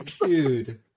dude